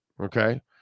Okay